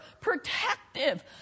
protective